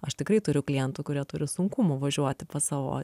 aš tikrai turiu klientų kurie turi sunkumų važiuoti pas savo